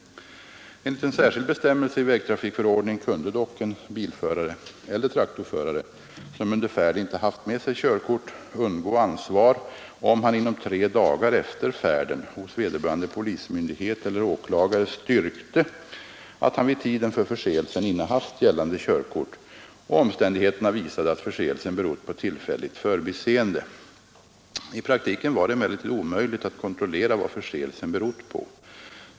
Enligt en särskild bestämmelse i vägtrafikförordningen kunde dock en bilförare eller traktorförare, som under färd inte haft med sig körkort, undgå ansvar, om han inom tre dagar efter färden hos vederbörande polismyndighet eller åklagare styrkte, att han vid tiden för förseelsen innehaft gällande körkort och omständigheterna visade att förseelsen berott på tillfälligt förbiseende. I praktiken var det emellertid omöjligt att kontrollera vad förseelsen berott på.